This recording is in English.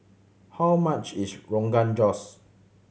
how much is Rogan Josh